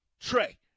Trey